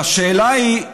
אולם השאלה היא,